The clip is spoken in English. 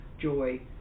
joy